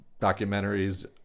documentaries